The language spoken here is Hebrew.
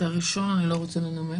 את ההסתייגות הראשונה אני לא רוצה לנמק.